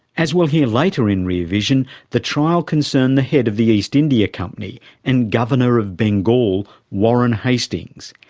as we'll hear later in rear vision, the trial concerned the head of the east india company and governor of bengal, warren hastings.